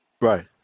Right